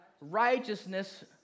righteousness